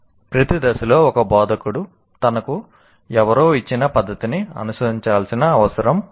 ప్రతి దశలో ఒక బోధకుడు తనకు ఎవరో ఇచ్చిన పద్ధతిని అనుసరించాల్సిన అవసరం లేదు